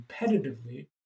competitively